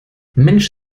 mensch